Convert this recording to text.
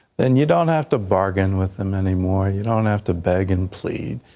and you don't have to bargain with them anymore. you don't have to beg and plead.